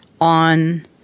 on